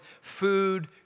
food